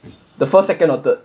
the first second or third